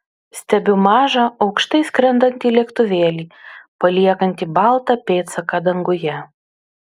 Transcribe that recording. stebiu mažą aukštai skrendantį lėktuvėlį paliekantį baltą pėdsaką danguje